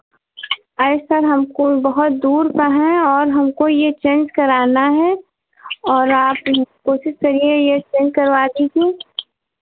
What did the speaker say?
अरे सर हमको बहुत दूर का है और हमको ये चेंज कराना है और आप कोशिश करिए ये चेंज करवा दीजिए